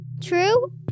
True